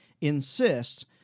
insists